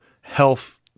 health